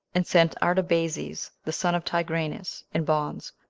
and sent artabazes, the son of tigranes, in bonds,